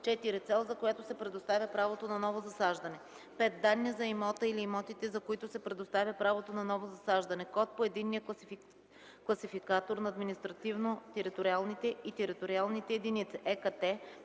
4. цел, за която се предоставя правото на ново засаждане; 5. данни за имота или имотите, за които се предоставя правото на ново засаждане – код по Единния класификатор на административно-териториалните и териториалните единици